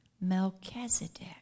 Melchizedek